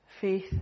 faith